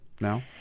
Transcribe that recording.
now